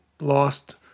lost